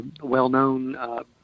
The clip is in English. well-known